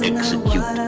Execute